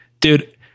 dude